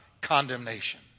condemnation